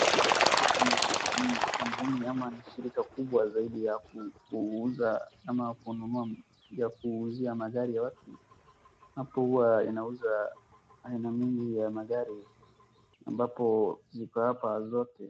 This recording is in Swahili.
Hapa kuna ni kampuni ama ni shirika kubwa ya kuuza ama kununua ya kuuzia magari ya watu, hapo huwa inauzwa aina nyingi ya magari ambapo ziko hapa zote.